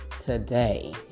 today